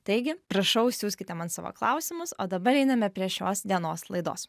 taigi prašau siųskite man savo klausimus o dabar einame prie šios dienos laidos